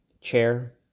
chair